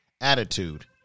attitude